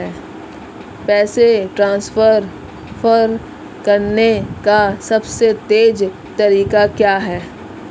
पैसे ट्रांसफर करने का सबसे तेज़ तरीका क्या है?